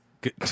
good